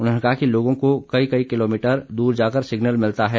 उन्होंने कहा कि लोगों को कई कई किलोमीटर दूर जाकर सिग्नल मिलता है